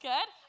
Good